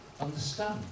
understand